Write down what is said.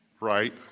right